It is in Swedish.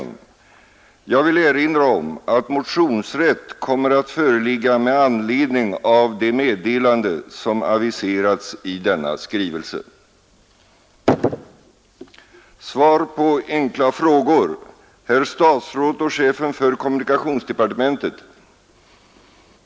Innebär den nyligen tillkännagivna regionala trafikplaneringen att beslut angående nedläggning av järnvägsstationer och indragning av järnvägslinjer som skulle ha företagits åren 1972-1974 blir föremål för omprövning?